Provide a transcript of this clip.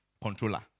controller